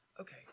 Okay